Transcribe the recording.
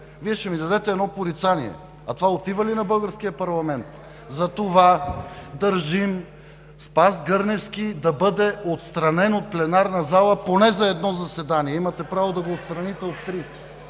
Вие ще ми дадете едно порицание, а това отива ли на българския парламент?! Затова държим Спас Гърневски да бъде отстранен от пленарната зала поне за едно заседание. Имате право да го отстраните от три.